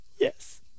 Yes